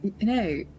No